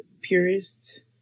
purist